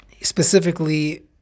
specifically